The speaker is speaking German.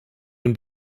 den